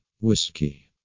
whiskey